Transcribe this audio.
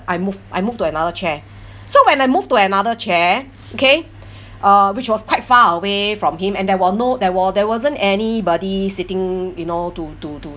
I moved I moved to another chair so when I moved to another chair okay uh which was quite far away from him and there were no there were there wasn't anybody sitting you know to to to